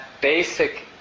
basic